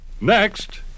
Next